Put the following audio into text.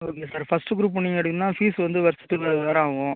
okay sir first group நீங்கள் எடுத்தீங்கனால் fees வந்து வர்ஷத்துக்கு அறுபதாயிரம் ஆகும்